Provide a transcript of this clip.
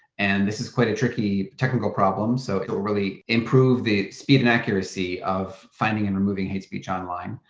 and this is quite a tricky technical problem, so it will really improve the speed and accuracy of finding and removing hate speech online.